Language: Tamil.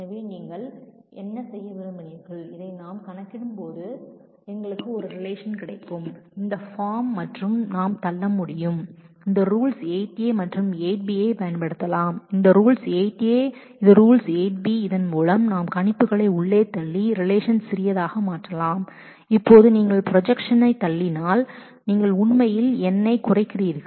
எனவே இங்கே நீங்கள் என்ன செய்ய விரும்பினீர்கள் இதை நாம் கணக்கிடும்போது எங்களுக்கு ஒரு ரிலேஷன் கிடைக்கும் இந்த வடிவம் மற்றும் நாம் தள்ள முடியும் இந்த ரூல்ஸ் 8a மற்றும் 8b ஐப் பயன்படுத்தலாம் இது ரூல்ஸ் 8a இது ரூல்ஸ் 8 பி இதன் மூலம் நாம் ப்ரொஜெக்ஷன்களை உள்ளே தள்ளி ரிலேஷன் சிறியதாக மாற்றலாம் இப்போது நீங்கள் ப்ரொஜெக்ஷன் தள்ளினால் நீங்கள் உண்மையில் காலம் எண்ணிக்கையை குறைக்கிறீர்கள்